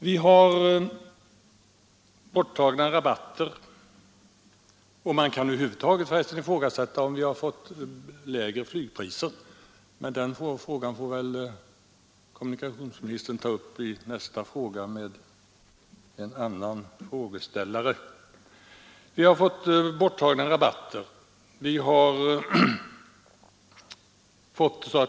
Rabatter har tagits bort, och det kan över huvud taget ifrågasättas om vi fått lägre flygpriser — den saken får kommunikations ministern diskutera med en annan frågeställare vid besvarandet av nästa fråga.